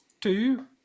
two